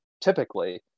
typically